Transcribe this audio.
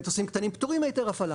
מטוסים קטנים פטורים מהיתר הפעלה.